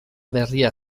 berria